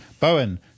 Bowen